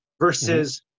versus